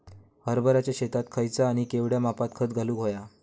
हरभराच्या शेतात खयचा आणि केवढया मापात खत घालुक व्हया?